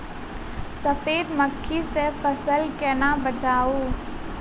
सफेद मक्खी सँ फसल केना बचाऊ?